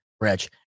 Rich